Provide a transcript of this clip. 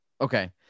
okay